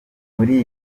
muri